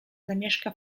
zamieszka